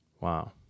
wow